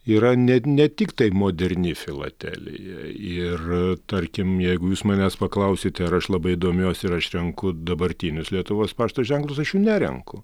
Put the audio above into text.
yra ne ne tik tai moderni filatelija ir tarkim jeigu jūs manęs paklausite ar aš labai domiuosi ir aš renku dabartinius lietuvos pašto ženklus aš jų nerenku